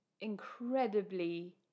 incredibly